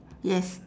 yes